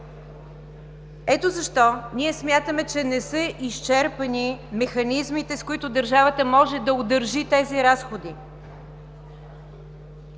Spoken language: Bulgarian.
Ето защо ние смятаме, че не са изчерпани механизмите, с които държавата може да удържи тези разходи.